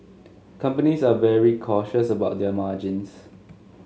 companies are very cautious about their margins